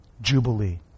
Jubilee